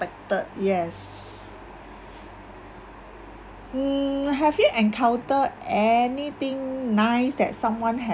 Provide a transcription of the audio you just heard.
unexpected yes mm have you encounter anything nice that someone has